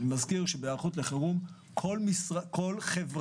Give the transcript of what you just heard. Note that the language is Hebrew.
אני מזכיר שבהיערכות לחירום כל חברה,